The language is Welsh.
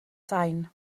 sain